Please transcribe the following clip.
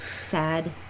Sad